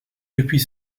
depuis